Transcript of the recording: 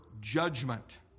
judgment